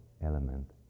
element